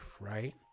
right